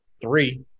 three